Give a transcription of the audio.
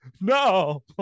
no